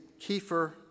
Kiefer